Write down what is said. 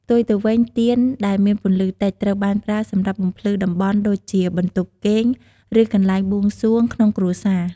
ផ្ទុយទៅវិញ ទៀនដែលមានពន្លឺតិច ត្រូវបានប្រើសម្រាប់បំភ្លឺតំបន់ដូចជាបន្ទប់គេង ឬកន្លែងបួងសួងក្នុងគ្រួសារ។